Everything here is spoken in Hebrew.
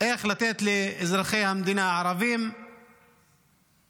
איך לתת לאזרחי המדינה הערבים לחפש